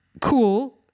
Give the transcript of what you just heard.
cool